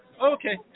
okay